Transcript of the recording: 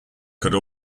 could